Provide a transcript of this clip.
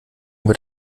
wird